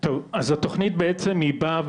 טוב, אז התוכנית בעצם היא באה